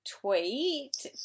tweet